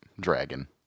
Dragon